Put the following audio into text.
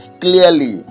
clearly